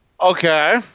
Okay